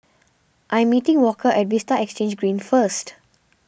I'm meeting Walker at Vista Exhange Green first